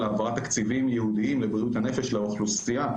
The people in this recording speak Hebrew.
העברת תקציבים ייעודיים לבריאות הנפש לאוכלוסייה.